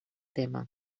tema